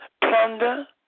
plunder